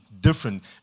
different